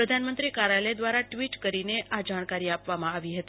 પ્રધાનમંત્રી કાર્યાલય દ્વારા ટ્વીટ કરીને આ જાણકારી આપવામાં આવી હતી